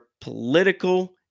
political